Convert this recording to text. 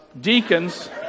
deacons